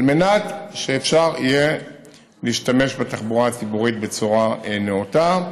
על מנת שאפשר יהיה להשתמש בתחבורה הציבורית בצורה נאותה.